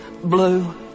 Blue